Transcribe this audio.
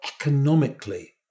economically